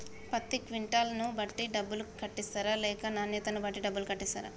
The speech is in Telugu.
పత్తి క్వింటాల్ ను బట్టి డబ్బులు కట్టిస్తరా లేక నాణ్యతను బట్టి డబ్బులు కట్టిస్తారా?